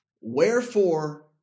wherefore